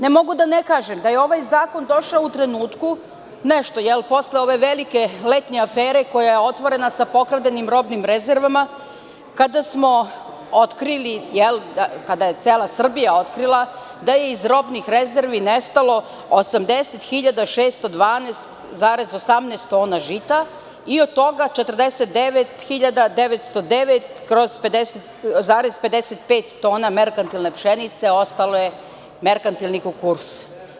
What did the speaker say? Ne mogu da ne kažem da je ovaj zakon došao u trenutku, nešto posle ove velike letnje afere koja je otvorena sa pokradenim robnim rezervama, kada smo otkrili, kada je cela Srbija otkrila da je iz robnih rezervi nestalo 80.612,18 tona žita i od toga 49.909,55 tona merkantilne pšenice, a ostalo, kukuruza.